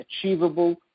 achievable